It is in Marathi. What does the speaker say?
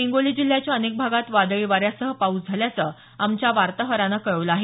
हिंगोली जिल्ह्याच्या अनेक भागात वादळी वाऱ्यासह पाऊस झाल्याचं आमच्या वार्ताहरानं कळवलं आहे